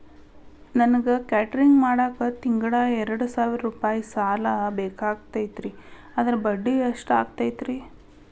ನನಗ ಕೇಟರಿಂಗ್ ಮಾಡಾಕ್ ತಿಂಗಳಾ ಎರಡು ಸಾವಿರ ರೂಪಾಯಿ ಸಾಲ ಬೇಕಾಗೈತರಿ ಅದರ ಬಡ್ಡಿ ಎಷ್ಟ ಆಗತೈತ್ರಿ?